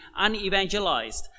unevangelized